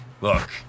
Look